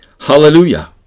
Hallelujah